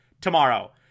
tomorrow